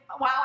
Wow